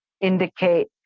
indicate